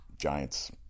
Giants